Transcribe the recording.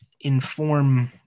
inform